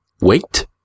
Wait